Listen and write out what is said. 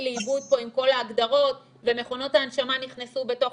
לאיבוד פה עם כל ההגדרות ומכונות ההנשמה נכנסו בתוך